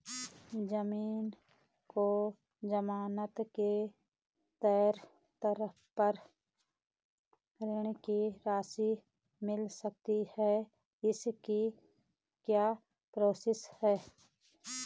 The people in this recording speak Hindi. ज़मीन को ज़मानत के तौर पर ऋण की राशि मिल सकती है इसकी क्या प्रोसेस है?